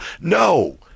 no